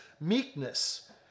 meekness